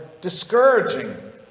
discouraging